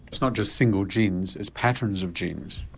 it's not just single genes, it's patterns of genes.